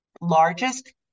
largest